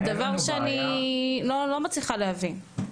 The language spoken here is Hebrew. זה דבר שאני לא מצליחה להבין.